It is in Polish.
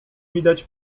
widać